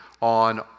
on